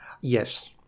Yes